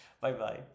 Bye-bye